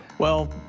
well,